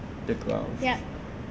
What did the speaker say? the ground